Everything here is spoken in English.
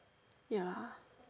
ya